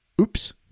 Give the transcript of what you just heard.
Oops